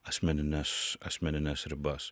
asmenines asmenines ribas